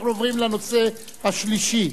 אנחנו עוברים לנושא השלישי.